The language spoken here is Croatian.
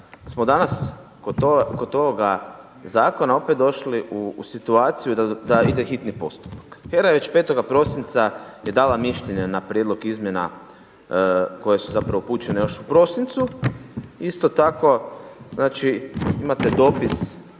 smo danas kod ovoga zakona opet došli u situaciju da ide u hitni postupak. HERA je već 5. prosinca je dala mišljenja na prijedlog izmjena koje su zapravo upućene još u prosincu. Isto tako, znači imate dopis